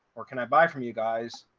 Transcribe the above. or can i buy from you guys?